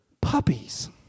Puppies